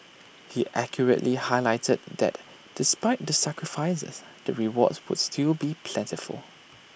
he accurately highlighted that despite the sacrifices the rewards would still be plentiful